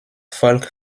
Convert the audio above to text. volk